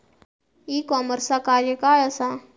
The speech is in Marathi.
ई कॉमर्सचा कार्य काय असा?